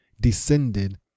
descended